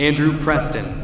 andrew preston